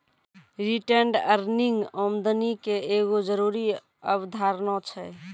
retained earning आमदनी के एगो जरूरी अवधारणा छै